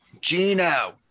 Gino